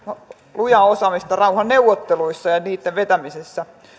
lujaa osaamista rauhanneuvotteluissa ja niitten vetämisessä